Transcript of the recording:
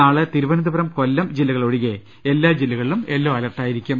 നാളെ തിരുവ നന്തപുരം കൊല്ലം ജില്ലകളൊഴികെ എല്ലാ ജില്ലകളിലും യെല്ലോ അലർട്ടാ യിരിക്കും